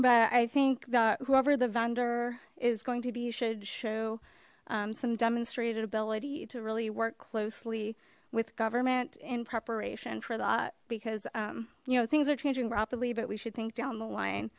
but i think that whoever the vendor is going to be should show some demonstrated ability to really work closely with government in preparation for that because you know things are changing rapidly but we should think down the line